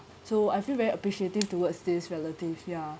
so I feel very appreciative towards this relative ya